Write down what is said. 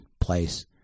place